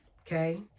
okay